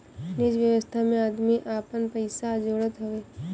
निजि व्यवस्था में आदमी आपन पइसा जोड़त हवे